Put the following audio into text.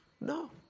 No